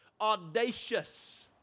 Audacious